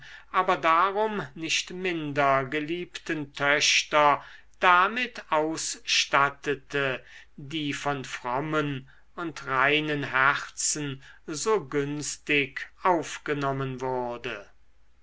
aber darum nicht minder geliebten töchter damit ausstattete die von frommen und reinen herzen so günstig aufgenommen wurde